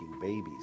babies